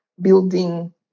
building